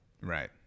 right